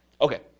Okay